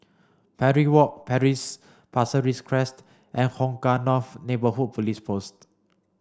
Parry Walk Pasir Ris Crest and Hong Kah North Neighbourhood Police Post